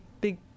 big